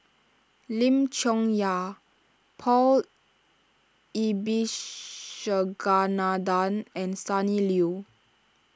Lim Chong Yah Paul Abisheganaden and Sonny Liew